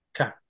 Okay